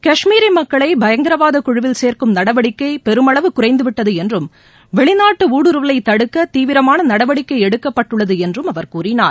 கஷ்மீரி மக்களை பயங்கரவாத குழுவில் சேர்க்கும் நடவடிக்கை பெருமளவு குறைந்துவிட்டது என்றும் வெளிநாட்டு ஊடுறுவலை தடுக்க தீவிரமான நடவடிக்கை எடுக்கப்பட்டுள்ளது என்றும் அவர் கூறினார்